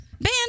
Band